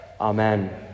Amen